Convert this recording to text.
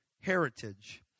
heritage